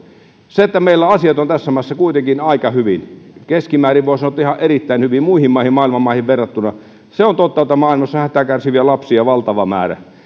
meillä asiat ovat tässä maassa kuitenkin aika hyvin voin sanoa että keskimäärin ihan erittäin hyvin muihin muihin maailman maihin verrattuna se on totta että maailmassa on hätää kärsiviä lapsia valtava määrä mutta